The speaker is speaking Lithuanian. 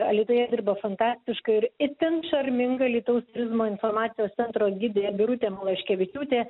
alytuje dirba fantastiška ir itin šarminga alytaus turizmo informacijos centro gidė birutė malaškevičiūtė